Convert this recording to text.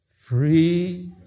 Free